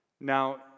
Now